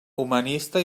humanista